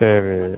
சரி